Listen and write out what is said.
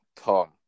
Tom